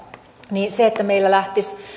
niin se että meillä lähtisivät